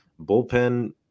bullpen